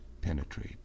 penetrate